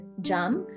jump